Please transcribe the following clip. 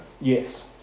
Yes